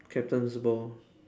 captain's ball